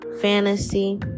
Fantasy